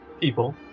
People